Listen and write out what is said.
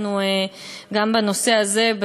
גם בנושא הזה,